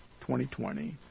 2020